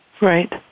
Right